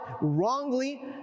wrongly